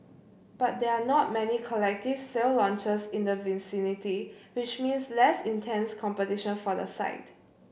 but there are not many collective sale launches in the vicinity which means less intense competition for the site